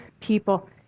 people